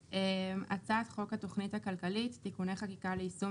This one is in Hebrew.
הצעת חוק התכנית הכלכלית (תיקוני חקיקה ליישום